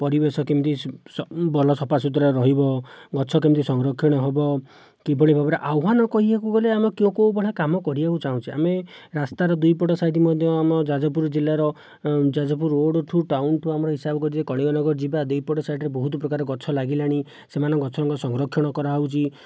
ପରିବେଶ କେମିତି ଭଲ ସଫାସୁତୁରା ରହିବ ଗଛ କେମିତି ସରଂକ୍ଷଣ ହେବ କିଭଳି ଭାବରେ ଆହ୍ୱାନ କହିବାକୁ ଗଲେ ଆମେ କେଉଁ କେଉଁ ଭଳିଆ କାମ କରିବାକୁ ଚାହୁଁଛେ ଆମେ ରାସ୍ତାର ଦୁଇପଟ ସାଇଡ୍ ମଧ୍ୟ ଆମ ଯାଜପୁର ଜିଲ୍ଲାର ଯାଜପୁର ରୋଡ୍ଠୁ ଟାଉନ୍ଠୁ ଆମର ହିସାବ କରି ଯଦି କଳିଙ୍ଗନଗର ଯିବା ଦୁଇପଟ ସାଇଡ୍ରେ ବହୁତପ୍ରକାର ଗଛ ଲାଗିଲାଣି ସେମାନେ ଗଛଙ୍କ ସଂରକ୍ଷଣ କରାହେଉଛି